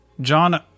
John